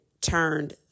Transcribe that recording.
turned